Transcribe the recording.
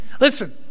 listen